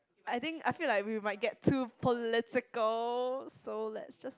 I think I feel like we might get too politic goal so let's just